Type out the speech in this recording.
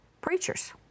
preachers